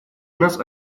нас